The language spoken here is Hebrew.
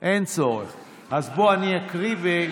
גם ארוחת